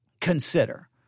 consider